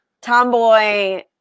tomboy